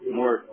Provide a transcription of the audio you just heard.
more